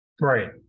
Right